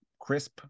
crisp